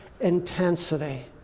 intensity